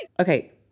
Okay